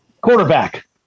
Quarterback